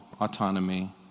autonomy